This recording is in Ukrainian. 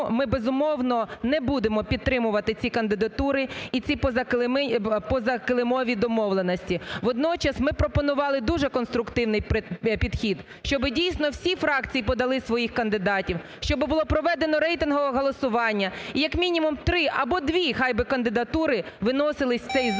ми, безумовно, не будемо підтримувати ці кандидатури і ці позакилимові домовленості. Водночас, ми пропонували дуже конструктивний підхід, щоб дійсно всі фракції подали своїх кандидатів, щоб було проведено рейтингове голосування і, як мінімум, три або дві хай би кандидатури виносились в цей зал